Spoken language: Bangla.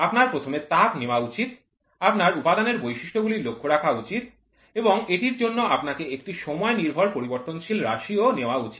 আপনার প্রথমে তাপ নেওয়া উচিত আপনার উপাদানের বৈশিষ্ট্যগুলি লক্ষ্য রাখা উচিত এবং এটির জন্য আপনাকে একটি সময় নির্ভর পরিবর্তনশীল রাশিও নেওয়া উচিত